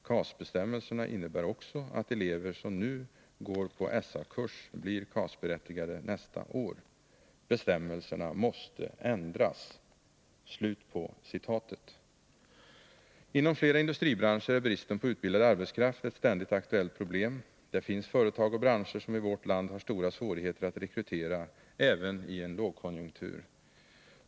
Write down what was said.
KAS-bestämmelserna innebär också att elever som nu går på SA-kurs blir 103 KAS-berättigade nästa år. Bestämmelserna måste ändras.” Inom flera industribranscher är bristen på utbildad arbetskraft ett ständigt aktuellt problem. Det finns företag och branscher som i vårt land har stora svårigheter att rekrytera även i en lågkonjunktur.